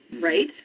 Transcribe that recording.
right